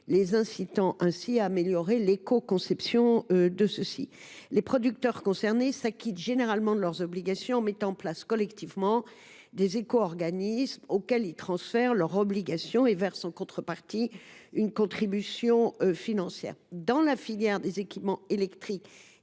ainsi incités à améliorer l’écoconception. Les producteurs concernés s’acquittent généralement de leurs obligations en mettant en place collectivement des éco organismes auxquels ils transfèrent leurs obligations. Ils versent, en contrepartie, une contribution financière. Dans la filière des équipements électriques